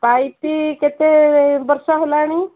pipe କେତେ ବର୍ଷ ହେଲାଣି